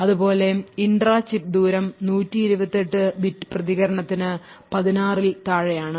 അതുപോലെ intra chip ദൂരം 128 bit പ്രതികരണത്തിന് 16 ൽ താഴെയാണ്